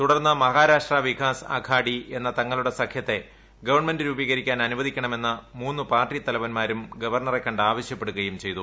തുടർന്ന് മഹാരാഷ്ട്ര വികാസ് അഘാടി എന്ന തങ്ങളുടെ സഖ്യത്തെ ഗവൺമെന്റ് രൂപീകരിക്കാൻ അനുവദിക്കണമെന്ന് മൂന്നു പാർട്ടി തലവന്മാരും ഗവർണറെ കണ്ട് ആവശ്യപ്പെടുകയും ചെയ്തു